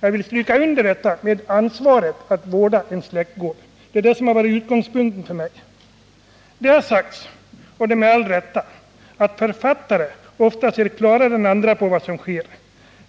Jag vill stryka under detta med ansvaret för att vårda en släktgård. Det är det som varit utgångspunkten för mig. Det har sagts — med all rätt — att författare ofta ser klarare än andra på vad som sker.